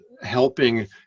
helping